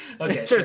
Okay